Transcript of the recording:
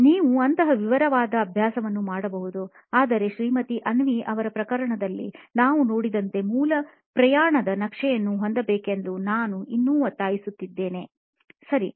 ನೀವು ಅಂತಹ ವಿವರವಾದ ಅಭ್ಯಾಸವನ್ನು ಮಾಡಬಹುದು ಆದರೆ ಶ್ರೀಮತಿ ಅವ್ನಿ ಅವರ ಪ್ರಕರಣದಲ್ಲಿ ನಾವು ನೋಡಿದಂತೆ ಮೂಲ ಪ್ರಯಾಣದ ನಕ್ಷೆಯನ್ನು ಹೊಂದಬೇಕೆಂದು ನಾನು ಇನ್ನೂ ಒತ್ತಾಯಿಸುತ್ತೇನೆ ಸರಿ